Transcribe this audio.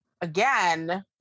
again